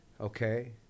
okay